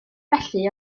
felly